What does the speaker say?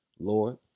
Lord